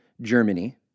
Germany